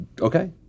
Okay